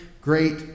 great